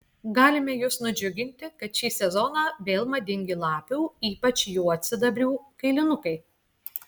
galime jus nudžiuginti kad šį sezoną vėl madingi lapių ypač juodsidabrių kailinukai